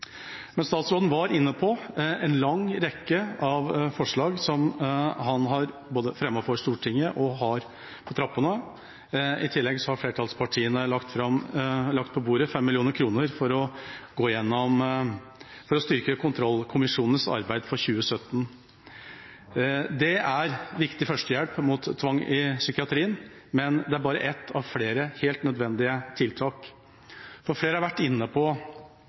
Men statsråden var inne på en lang rekke forslag han både har fremmet for Stortinget og har på trappene. I tillegg har flertallspartiene lagt på bordet 5 mill. kr for å styrke kontrollkommisjonenes arbeid for 2017. Det er viktig førstehjelp mot tvang i psykiatrien, men det er bare ett av flere helt nødvendige tiltak. Flere har vært inne på